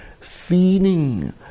Feeling